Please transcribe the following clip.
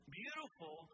beautiful